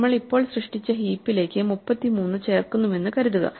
നമ്മൾ ഇപ്പോൾ സൃഷ്ടിച്ച ഹീപ്പിലേക്ക് 33 ചേർക്കുന്നുവെന്ന് കരുതുക